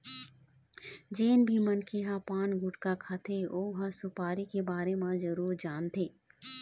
जेन भी मनखे ह पान, गुटका खाथे ओ ह सुपारी के बारे म जरूर जानथे